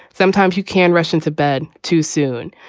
sometimes you can rush into bed too soon.